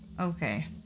Okay